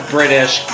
British